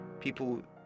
people